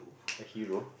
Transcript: a hero